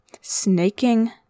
Snaking